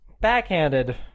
Backhanded